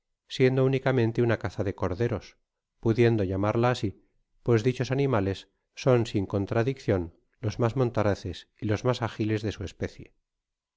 siendo únicamente una casa de corderos pudiendo llamarla asi pues dichos animales seo sis con tradiccion los mas montaraces y los mas ágiles de su especie